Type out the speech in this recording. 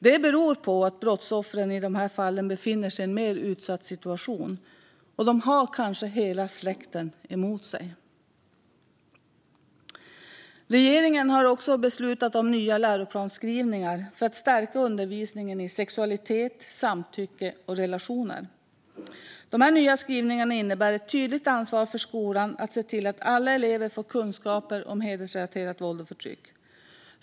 Det beror på att brottsoffren i de här fallen befinner sig i en mer utsatt situation, och de kanske har hela släkten emot sig. Regeringen har också beslutat om nya läroplansskrivningar för att stärka undervisningen i sexualitet, samtycke och relationer. De nya skrivningarna innebär ett tydligt ansvar för skolan att se till att alla elever får kunskaper om hedersrelaterat våld och förtryck.